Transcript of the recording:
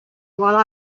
while